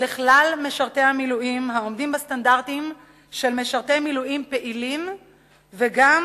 לכלל משרתי המילואים העומדים בסטנדרטים של משרתי מילואים פעילים וגם